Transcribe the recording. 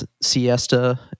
Siesta